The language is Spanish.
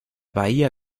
bahía